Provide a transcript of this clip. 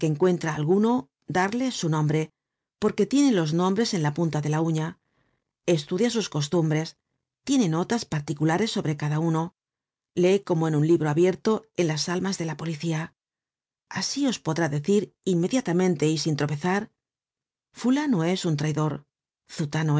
encuentra alguno darle su nombre porque tiene los nombres en la punta de la uña estudia sus costumbres y tiene notas particulares sobre cada uno lee como en un libro abierto en las almas de la policía asi os podrá decir inmediatamente y sin tropezar fulano es un traidor